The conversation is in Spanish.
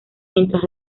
mientras